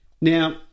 Now